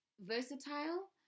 versatile